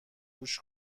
گوش